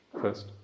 first